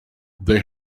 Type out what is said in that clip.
they